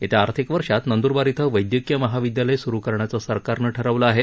येत्या आर्थिक वर्षात नंदूरबार इथं वैद्यकीय महाविद्यालय सुरू करण्याचं सरकारनं ठरवलं आहे